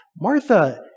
Martha